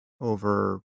over